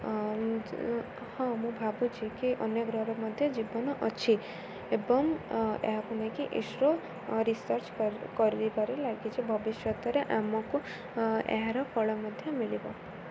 ହଁ ମୁଁ ଭାବୁଛି କି ଅନ୍ୟ ଗ୍ରହରେ ମଧ୍ୟ ଜୀବନ ଅଛି ଏବଂ ଏହାକୁ ନେଇକି ଇସ୍ରୋ ରିସର୍ଚ୍ଚ କରିପାରି ଲାଗିଛି ଭବିଷ୍ୟତରେ ଆମକୁ ଏହାର ଫଳ ମଧ୍ୟ ମିଳିବ